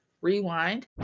rewind